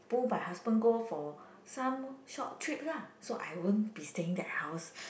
pull my husband go for some short trips ah so I won't be staying that house